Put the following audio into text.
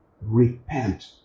Repent